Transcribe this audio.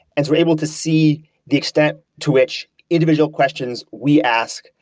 and we're able to see the extent to which individuals questions we ask,